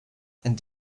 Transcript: and